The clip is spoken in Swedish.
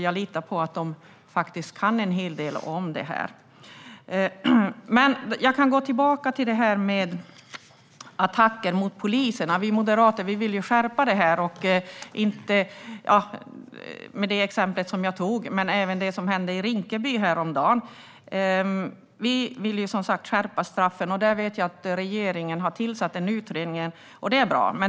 Jag litar på att de faktiskt kan en hel del om detta. Men jag vill gå tillbaka till frågan om attacker mot poliser. Vi moderater vill se en skärpning här. Jag tog ett exempel och kan även nämna det som hände i Rinkeby häromdagen. Vi vill som sagt skärpa straffen, och jag vet att regeringen har tillsatt en utredning - det är bra.